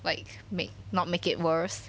like make not make it worse